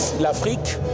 l'Afrique